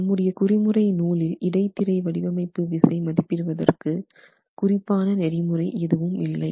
நம்முடைய குறிமுறை நூலில் இடைத்திரை வடிவமைப்பு விசை மதிப்பிடுவதற்கு குறிப்பான நெறிமுறை எதுவும் இல்லை